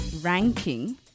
ranking